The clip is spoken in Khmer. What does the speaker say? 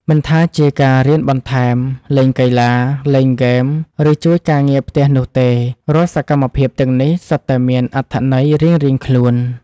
មិនថាជាការរៀនបន្ថែមលេងកីឡាលេងហ្គេមឬជួយការងារផ្ទះនោះទេរាល់សកម្មភាពទាំងនេះសុទ្ធតែមានអត្ថន័យរៀងៗខ្លួន។